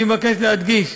אני מבקש להדגיש: